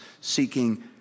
seeking